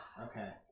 Okay